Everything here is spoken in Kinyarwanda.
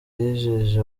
yijeje